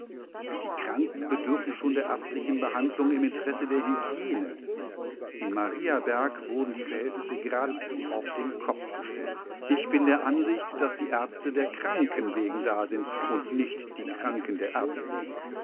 die kranken bedürfen schon der ärztlichen behandlung im interesse der hygiene in mariaberg wurden die verhältnisse geradezu auf den kopf gestellt ich bin der ansicht daß die ärzte der kranken wegen da sind und nicht die kranken der ärzte wegen